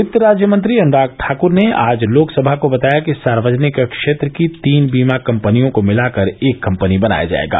वित्त राज्यमंत्री अनुराग ठाकुर ने आज लोकसभा को बताया कि सार्वजनिक क्षेत्र की तीन बीमा कंपनियों को मिलाकर एक कंपनी बनाया जाएगा